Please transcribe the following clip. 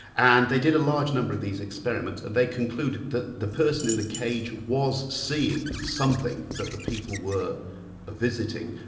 and they did a large number of these experiments, and they concluded that the person in the cage was seeing something that the people were visiting,